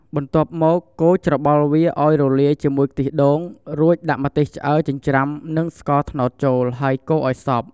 បន្ទាប់មក កូរច្របល់វាអោយរលាយជាមួយខ្ទិះដូង រួចដាក់ម្ទេសឆ្អើរចិញ្រ្ចាំនិងស្ករត្នោតចូល ហើយកូរអោយសព្វ។